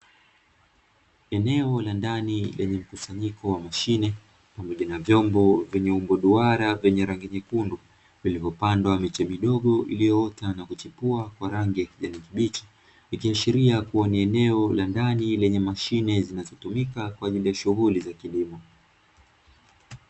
Eneo la ndani lenye mkusanyiko wa mashine pamoja na vyombo vyenye ubora vyenye rangi nyekundu, vilivyopandwa mechi midogo iliyoota na kuchipua kwa rangi ya kijani kibichi, nikiashiria kuwa ni eneo la ndani lenye mashine zinazotumika kwa ajili ya shughuli za kilimo.